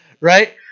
right